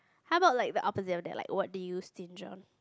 how about like the opposite of that like what do you stinge on